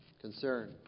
concern